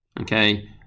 okay